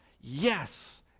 Yes